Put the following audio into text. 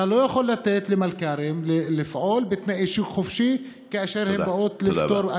אתה לא יכול לתת למלכ"רים לפעול בתנאי שוק חופשי כאשר הם באים לפתור,